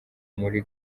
muri